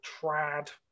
trad-